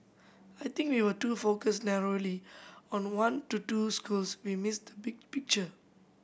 I think if we were to focus narrowly on one to two schools we miss the big picture